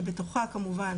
שבתוכה כמובן